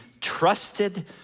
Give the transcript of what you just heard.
trusted